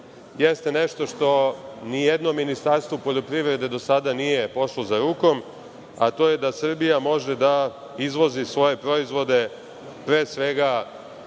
jeste nešto što nijednom ministarstvo poljoprivrede do sada nije pošlo za rukom, a to je da Srbija može da izvozi svoje proizvode, pre svega